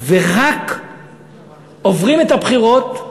ורק עוברים את הבחירות,